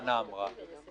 שחנה וינשטוק טירי אמרה,